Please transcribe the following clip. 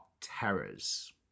terrors